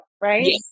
right